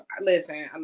listen